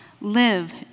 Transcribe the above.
live